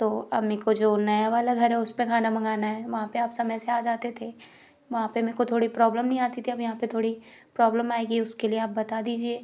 तो अब मेरे को जो नया वाला घर है उस पर खाना मंगाना है वहाँ पर आप समय से आ जाते थे वहाँ पर मेरे को थोड़ी प्रॉब्लम नहीं आती थी अब यहाँ पर थोड़ी प्रॉब्लम आएगी उसके लिए आप बता दीजिए